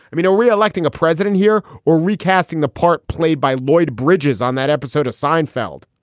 i mean, are we electing a president here or recasting the part played by lloyd bridges on that episode of seinfeld?